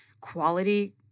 quality